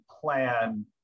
plan